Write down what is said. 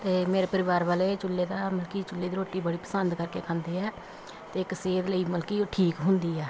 ਅਤੇ ਮੇਰੇ ਪਰਿਵਾਰ ਵਾਲੇ ਚੁੱਲ੍ਹੇ ਦਾ ਮਲਕੀ ਚੁੱਲ੍ਹੇ ਦੀ ਰੋਟੀ ਬੜੀ ਪਸੰਦ ਕਰਕੇ ਖਾਂਦੇ ਆ ਅਤੇ ਇੱਕ ਸਿਹਤ ਲਈ ਮਲਕੀ ਠੀਕ ਹੁੰਦੀ ਆ